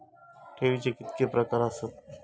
ठेवीचे कितके प्रकार आसत?